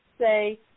say